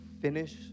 finish